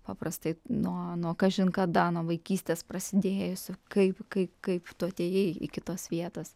paprastai nuo nuo kažin kada nuo vaikystės prasidėjusi kaip kai kaip tu atėjai iki tos vietos